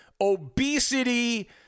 obesity